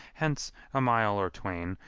hence a mile or twain,